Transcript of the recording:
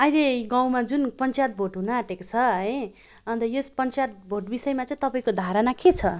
अहिले गाउँमा जुन पञ्चायत भोट हुनआँटेको छ है अन्त यस पञ्चायत भोट विषयमा चाहिँ तपाईँको धारणा के छ